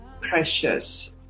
precious